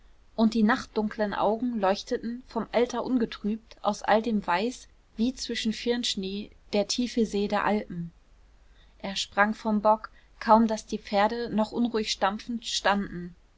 und die nachtdunklen augen leuchteten vom alter ungetrübt aus all dem weiß wie zwischen firnschnee der tiefe see der alpen er sprang vom bock kaum daß die pferde noch unruhig stampfend standen